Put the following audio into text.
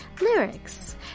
lyrics